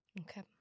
Okay